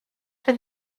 for